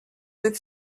that